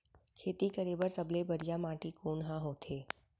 खेती करे बर सबले बढ़िया माटी कोन हा होथे?